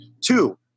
Two